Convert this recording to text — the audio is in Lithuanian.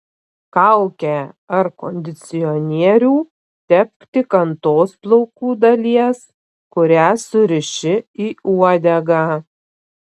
kaukę ar kondicionierių tepk tik ant tos plaukų dalies kurią suriši į uodegą